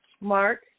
Mark